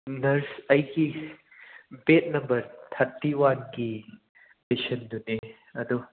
nurse ꯑꯩꯒꯤ bed number ꯊꯔꯇꯤꯋꯥꯟꯒꯤ ꯄꯦꯁꯟꯗꯨꯅꯦ ꯑꯗꯣ